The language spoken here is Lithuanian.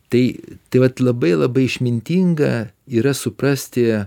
tai taip vat labai labai išmintinga yra suprasti